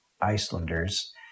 Icelanders